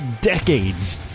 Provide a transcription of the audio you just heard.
decades